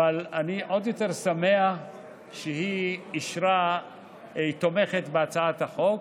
אבל אני עוד יותר שמח שהיא תומכת בהצעת החוק.